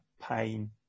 pain